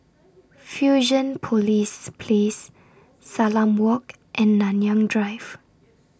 Fusionopolis Place Salam Walk and Nanyang Drive